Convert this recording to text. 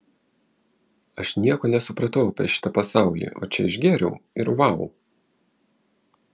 aš nieko nesupratau apie šitą pasaulį o čia išgėriau ir vau